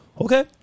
okay